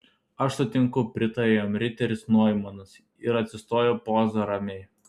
aš sutinku pritarė jam riteris noimanas ir atsistojo poza ramiai